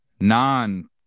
non